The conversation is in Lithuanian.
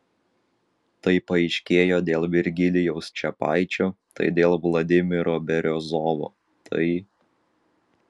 tai paaiškėjo dėl virgilijaus čepaičio tai dėl vladimiro beriozovo tai